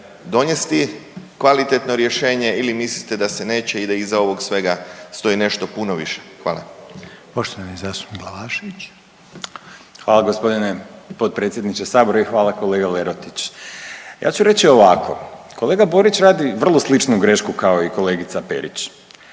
donesti kvalitetno rješenje ili mislite da se neće i da iza ovog svega stoji nešto puno više? Hvala. **Reiner, Željko (HDZ)** Poštovani zastupnik Glavašević. **Glavašević, Bojan (Nezavisni)** Hvala gospodine potpredsjedniče sabora i hvala kolega Lerotić. Ja ću reći ovako, kolega Borić radi vrlo sličnu grešku kao i kolegica Perić